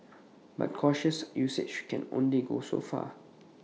but cautious usage can only go so far